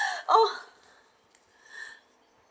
oh